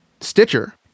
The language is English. Stitcher